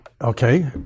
Okay